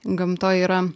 gamtoj yra